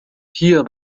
hier